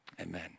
Amen